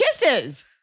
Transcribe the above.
kisses